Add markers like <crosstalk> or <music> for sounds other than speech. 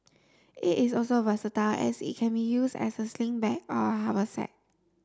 <noise> it is also versatile as it can be use as a sling bag or haversack